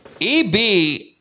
EB